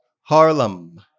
Harlem